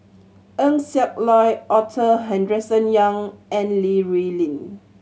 Eng Siak Loy Arthur Henderson Young and Li Rulin